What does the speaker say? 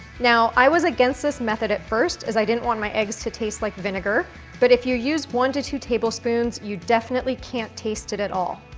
now i was against this method at first, as i didn't want my eggs to taste like vinegar but if you use one to two tablespoons you definitely can't taste it at all.